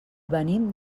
venim